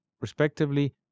respectively